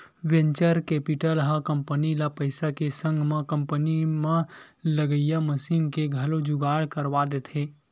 venture capital ह company ल पइसा के संग म कंपनी म लगइया मसीन के घलो जुगाड़ करवा देथे